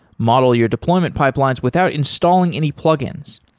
model your deployment pipelines without installing any plug-ins.